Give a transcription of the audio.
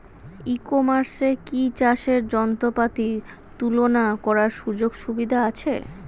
ই কমার্সে কি চাষের যন্ত্রপাতি তুলনা করার সুযোগ সুবিধা আছে?